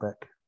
back